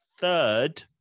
third